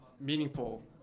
meaningful